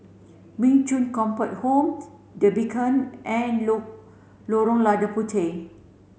Min Chong Comfort Home The Beacon and Lorong Lada Puteh